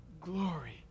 glory